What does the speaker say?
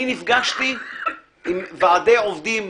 אני נפגשתי עם ועדי עובדים